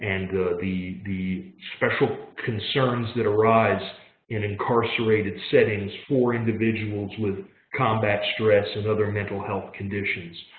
and the the special concerns that arise in incarcerated settings for individuals with combat stress and other mental health conditions.